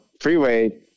freeway